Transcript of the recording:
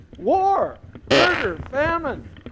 war, murder, famine,